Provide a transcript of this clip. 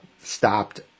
stopped